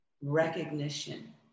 Recognition